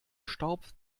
staub